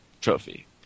trophy